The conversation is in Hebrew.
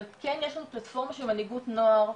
אבל יש לנו פלטפורמה של מנהיגות נוער,